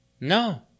no